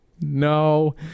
No